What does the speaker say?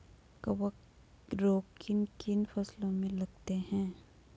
कवक रोग किन किन फसलों में लगते हैं?